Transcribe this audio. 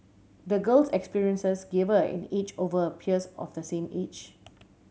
the girl's experiences gave her an edge over her peers of the same age